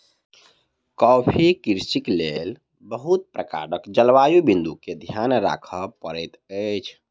coffee कृषिक लेल बहुत प्रकारक जलवायु बिंदु के ध्यान राखअ पड़ैत अछि